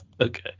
Okay